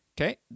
Okay